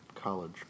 college